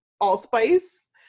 allspice